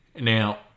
Now